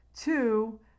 Two